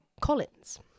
Collins